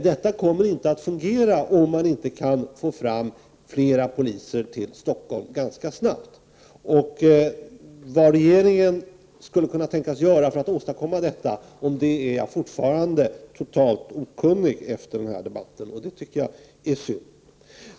Detta kommer inte att fungera om det inte går att få flera poliser till Stockholm ganska snabbt. Vad regeringen skulle kunna tänkas göra för att åstadkomma detta är jag fortfarande totalt okunnig om efter denna debatt, och det är synd.